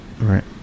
Right